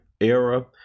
era